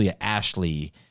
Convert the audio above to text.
Ashley